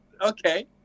okay